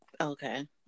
Okay